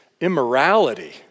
immorality